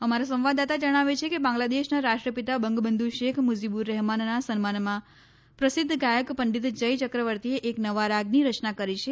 અમારા સંવાદદાતા જણાવે છે કે બાંગ્લાદેશના રાષ્ટ્રપિતા બંગબંધુ શેખ મુજીબુર રહેમાનના સન્માનમાં પ્રસિદ્ધ ગાયક પંડિત જય ચક્રવર્તીએ એક નવા રાગની રચના કરી છે